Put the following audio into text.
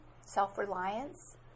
self-reliance